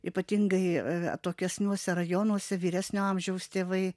ypatingai atokesniuose rajonuose vyresnio amžiaus tėvai